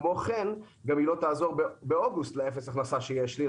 כמו כן היא גם לא תעזור באוגוסט באפס הכנסה שיש לי,